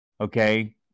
okay